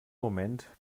moment